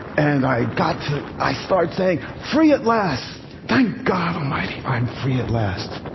and i got to i start saying, free at last thank god almighty, i'm free at last.